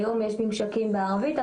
היום יש ממשקים בערבית.